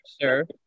Sure